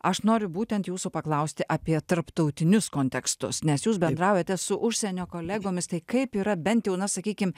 aš noriu būtent jūsų paklausti apie tarptautinius kontekstus nes jūs bendraujate su užsienio kolegomis tai kaip yra bent jau na sakykim